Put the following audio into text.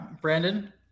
Brandon